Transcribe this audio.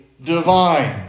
Divine